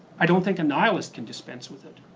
i don't think a nihilist can dispense with it,